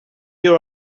you